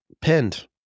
pinned